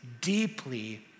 deeply